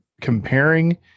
comparing